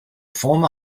former